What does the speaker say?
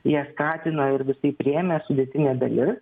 ją skatino ir visaip rėmė sudėtinė dalis